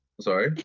Sorry